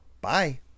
bye